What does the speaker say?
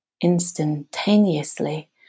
instantaneously